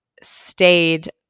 stayed